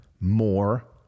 more